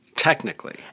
Technically